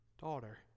daughter